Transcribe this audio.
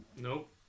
Nope